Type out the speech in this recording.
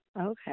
Okay